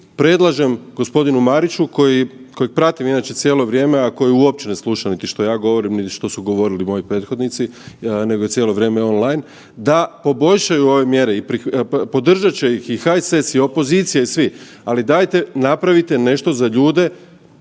predlažem gospodinu Mariću kojeg pratim inače cijelo vrijeme, a koji uopće ne sluša niti što ja govorim, niti što su govorili moji prethodnici nego je cijelo vrijeme on line, da poboljšaju ove mjere i podržat će ih i HSS i opozicija i svi, ali dajte napravite nešto za ljude